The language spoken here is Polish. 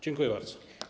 Dziękuję bardzo.